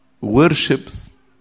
worships